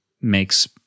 makes